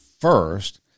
first